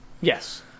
Yes